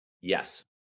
Yes